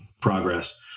progress